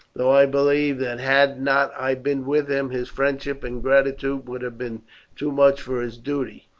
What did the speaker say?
though i believe that had not i been with him his friendship and gratitude would have been too much for his duty.